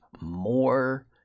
more